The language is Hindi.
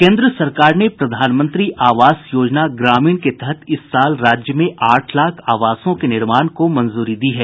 केन्द्र सरकार ने प्रधानमंत्री आवास योजना ग्रामीण के तहत इस साल राज्य में आठ लाख आवासों के निर्माण को मंजूरी दी है